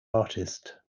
artist